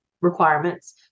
requirements